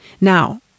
now